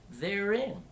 therein